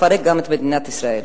לפרק גם את מדינת ישראל.